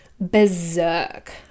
berserk